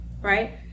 right